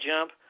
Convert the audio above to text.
Jump